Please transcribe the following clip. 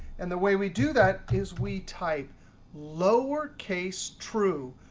and the way we do that is we type lower case true.